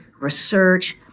research